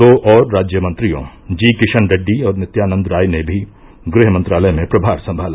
दो और राज्य मंत्रियों जी किशन रेड्डी और नित्यानंद राय ने भी गृहमंत्रालय में प्रभार संभाला